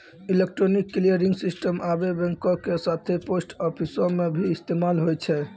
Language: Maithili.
इलेक्ट्रॉनिक क्लियरिंग सिस्टम आबे बैंको के साथे पोस्ट आफिसो मे भी इस्तेमाल होय छै